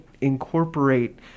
incorporate